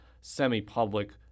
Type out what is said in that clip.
semi-public